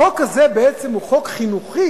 החוק הזה בעצם הוא חוק חינוכי